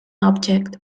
object